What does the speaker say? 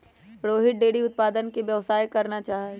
Rohit dairy उत्पादन के व्यवसाय करना चाहा हई